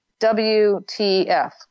WTF